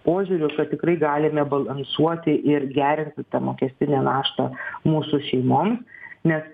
požiūriu kad tikrai galime balansuoti ir gerinti tą mokestinę naštą mūsų šeimom nes